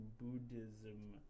buddhism